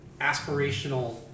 aspirational